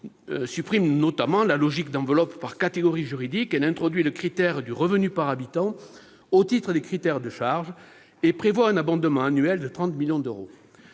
supprime notamment la logique d'enveloppes par catégories juridiques ; elle introduit le critère du revenu par habitant au titre des critères de charge et prévoit un abondement annuel de 30 millions d'euros.